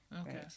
Okay